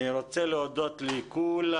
אני רוצה להודות לכולם.